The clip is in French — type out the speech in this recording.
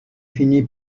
fini